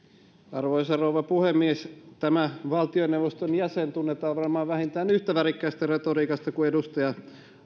arvoisa rouva puhemies tämä valtioneuvoston jäsen tunnetaan varmaan vähintään yhtä värikkäästä retoriikasta kuin edustaja